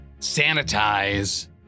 sanitize